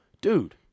dude